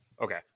okay